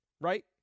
right